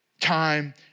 time